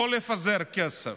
לא לפזר כסף,